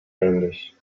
ähnlich